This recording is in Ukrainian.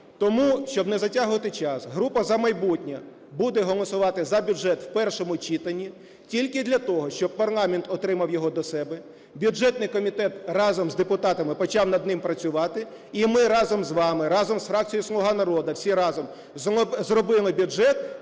Тому, щоб не затягувати час, група "За майбутнє" буде голосувати за бюджет у першому читанні тільки для того, щоб парламент отримав його до себе, бюджетний комітет разом з депутатами почав над ним працювати. І ми разом з вами, разом із фракцією "Слуга народу", всі разом зробили бюджет